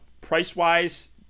price-wise